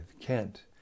Kent